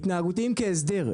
התנהגותיים כהסדר,